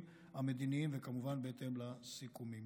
והמדיניים וכמובן בהתאם לסיכומים.